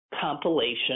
compilation